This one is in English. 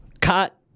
Cut